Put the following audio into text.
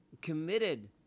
committed